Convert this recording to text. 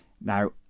Now